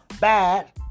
bad